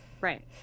Right